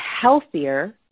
healthier